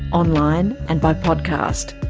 online and by podcast.